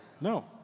No